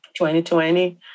2020